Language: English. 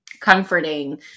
comforting